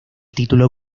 título